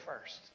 first